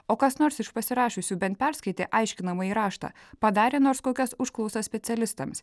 o kas nors iš pasirašiusių bent perskaitė aiškinamąjį raštą padarė nors kokias užklausas specialistams